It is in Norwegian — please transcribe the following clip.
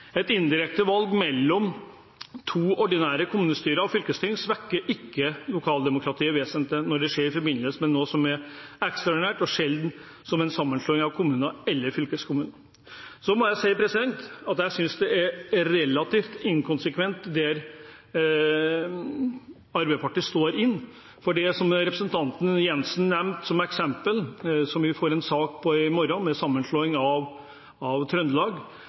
Et indirekte valg mellom to ordinære kommunestyrer og fylkesting svekker ikke lokaldemokratiet vesentlig når det skjer i forbindelse med noe som er ekstraordinært, og sjelden som en sammenslåing av kommuner eller fylkeskommuner. Jeg må si at jeg synes dette er relativt inkonsekvent fra Arbeiderpartiets side det representanten Jenssen nevnte som eksempel, og som vi får en sak på i morgen med sammenslåing av Trøndelag.